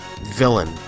villain